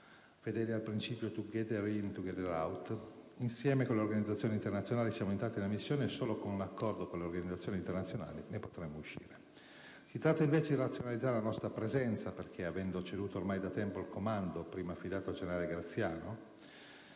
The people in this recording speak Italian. fedeli al principio *"together in - together out":* insieme con le organizzazioni internazionali siamo entrati nella missione e solo in accordo con le organizzazioni internazionali ne potremo uscire. Si tratta invece di razionalizzare la nostra presenza perché, avendo ceduto ormai da tempo il comando, prima affidato al generale Graziano,